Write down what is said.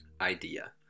idea